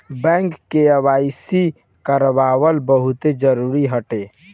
bank KYC करावल बहुते जरुरी हटे